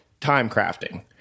timecrafting